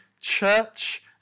church